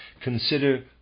Consider